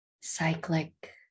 cyclic